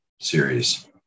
series